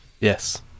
yes